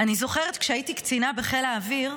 אני זוכרת שכשהייתי קצינה בחיל האוויר,